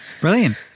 Brilliant